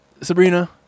Sabrina